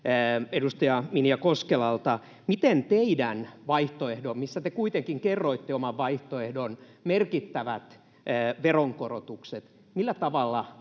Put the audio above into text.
edustaja Minja Koskelalta: millä tavalla teidän vaihtoehtonne, kun te kuitenkin kerroitte oman vaihtoehtonne, merkittävät veronkorotukset, vaikuttaisi